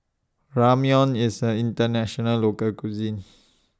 Ramyeon IS A International Local Cuisine